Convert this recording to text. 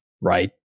right